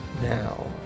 now